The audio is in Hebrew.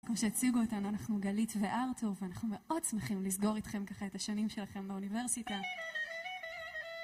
כמו שהציגו אותנו אנחנו גלית וארתור ואנחנו מאוד שמחים לסגור איתכם ככה את השנים שלכם באוניברסיטה